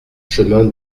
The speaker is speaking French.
chemin